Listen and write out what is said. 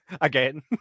again